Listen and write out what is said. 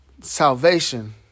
salvation